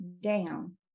down